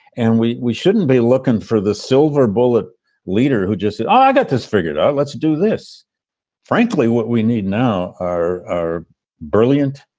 and we we shouldn't be looking for the silver bullet leader who just ah got this figured out. let's do this frankly, what we need now are are brilliant,